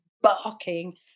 barking